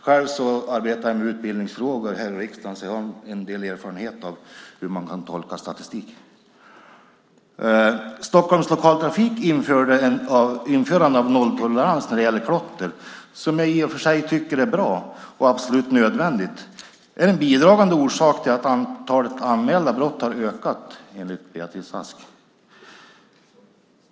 Själv arbetar jag med utbildningsfrågor här i riksdagen, så jag har en del erfarenhet av hur man kan tolka statistik. Stockholms Lokaltrafiks införande av nolltolerans mot klotter, som jag i och för sig tycker är bra och absolut nödvändigt, är en bidragande orsak till att antalet anmälda brott har ökat enligt Beatrice Ask.